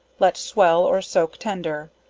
let swell or soak tender,